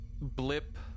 blip